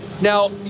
Now